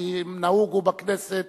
כי נהוג בכנסת